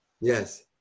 yes